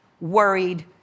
worried